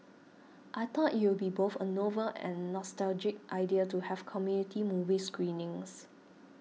I thought it would be both a novel and nostalgic idea to have community movie screenings